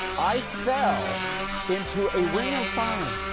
i fell into a ring of fire.